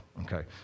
okay